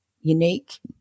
unique